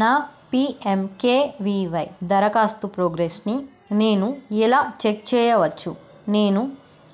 నా P M K V Y దరఖాస్తు ప్రోగ్రెస్ని నేను ఎలా చెక్ చేయవచ్చు నేను